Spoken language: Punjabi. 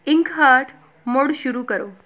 ਇੰਕਹਰਟ ਮੁੜ ਸ਼ੁਰੂ ਕਰੋ